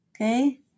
Okay